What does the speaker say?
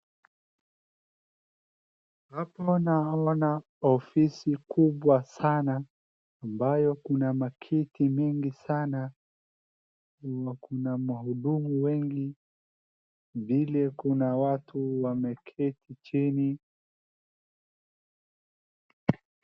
Hapo naona ofisi kubwa sana ambayo kuna makiti mingi sana, kuna mahudumu wengi vile kuna watu wameketi chini.